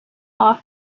off